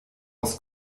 aus